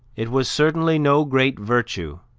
it was certainly no great virtue